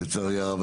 לצערי הרב,